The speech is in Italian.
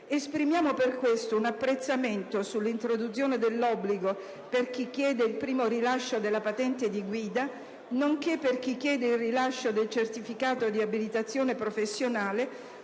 Esprimiamo per questo un apprezzamento sull'introduzione dell'obbligo per chi chiede il primo rilascio della patente di guida nonché per chi chiede il rilascio del certificato di abilitazione professionale